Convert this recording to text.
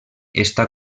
està